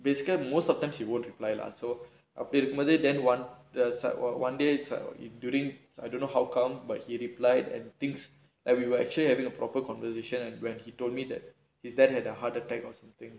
basically most of the time he won't reply lah so அப்படி இருக்கும்மோது:appadi irukkumothu then one one day its during I don't know how come but he replied and things that we were actually having a proper conversation and when he told me that his dad had a heart attack or something